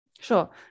Sure